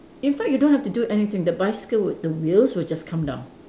in fact you don't have to do anything the bicycle would the wheels will just come down